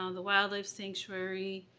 um the wildlife sanctuary,